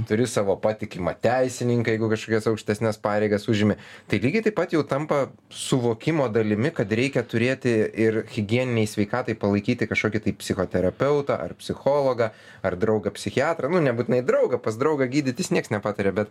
turi savo patikimą teisininką jeigu kažkokias aukštesnes pareigas užimi tai lygiai taip pat jau tampa suvokimo dalimi kad reikia turėti ir higieninei sveikatai palaikyti kažkokį tai psichoterapeutą ar psichologą ar draugą psichiatrą nu nebūtinai draugą pas draugą gydytis nieks nepataria bet